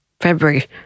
February